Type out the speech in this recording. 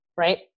right